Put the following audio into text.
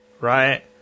right